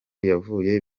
yavuye